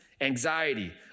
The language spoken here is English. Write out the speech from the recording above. anxiety